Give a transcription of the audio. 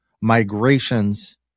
migrations